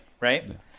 right